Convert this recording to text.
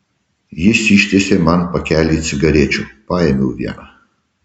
jis ištiesė man pakelį cigarečių paėmiau vieną